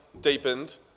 deepened